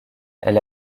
elle